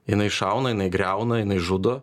jinai šauna jinai griauna jinai žudo